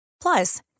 Plus